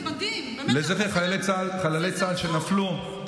זה מדהים, לזכר חללי צה"ל שנפלו,